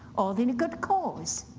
all in a good cause.